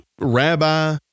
Rabbi